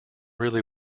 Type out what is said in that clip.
really